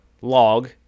log